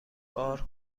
بار